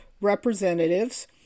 representatives